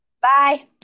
Bye